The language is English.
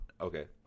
Okay